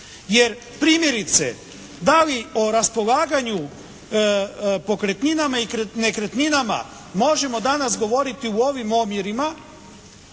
Jer primjerice da li o raspolaganju pokretninama i nekretninama možemo danas govoriti u ovim omjerima,